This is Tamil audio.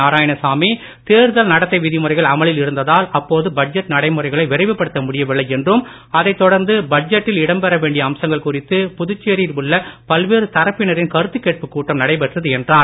நாராயணசாமி தேர்தல் நடத்தை விதிமுறைகள் அமலில் இருந்ததால் அப்போது பட்ஜெட் நடைமுறைகளை விரைவுபடுத்த முடியவில்லை என்றும் அதைத் தொடர்ந்து பட்ஜெட்டில் இடம் பெற வேண்டிய அம்சங்கள் குறித்து புதுச்சேரியில் உள்ள பல்வேறு தரப்பினரின் கருத்துக் கேட்புக் கூட்டம் நடைபெற்றது என்றார்